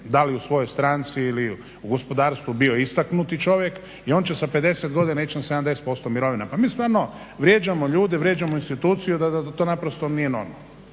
da li u svojoj stranci ili u gospodarstvu bio istaknuti čovjek i on će sa 50 godina ići na 70% mirovine. Pa mi stvarno vrijeđamo ljude, vrijeđamo instituciju da to naprosto nije normalno.